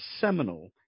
seminal